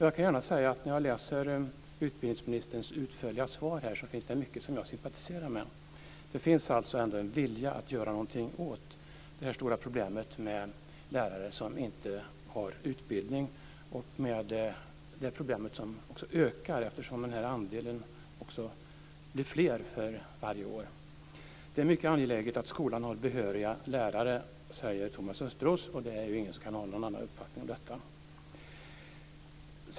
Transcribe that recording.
Jag kan gärna säga att när jag läser utbildningsministerns utförliga svar finns det mycket jag sympatiserar med. Det finns ändå en vilja att göra någonting åt det stora problemet med lärare som inte har utbildning. Problemet ökar också eftersom andelen blir större för varje år. Det är mycket angeläget att skolan har behöriga lärare, säger Thomas Östros, och det är ju ingen som kan ha någon annan uppfattning om detta.